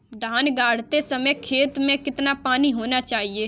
धान गाड़ते समय खेत में कितना पानी होना चाहिए?